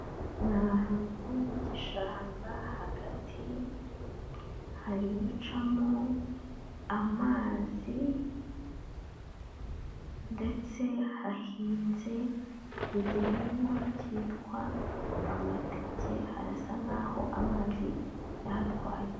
Ni ahantu mu gishanga hagati hari gucamo amazi ndetse hahinze igihingwa cyitwa amateke, harasa nkaho amazi yahatwaye.